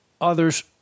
others